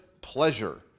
pleasure